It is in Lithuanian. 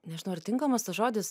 nežinau ar tinkamas tas žodis